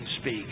speak